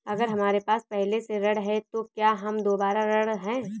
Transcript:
अगर हमारे पास पहले से ऋण है तो क्या हम दोबारा ऋण हैं?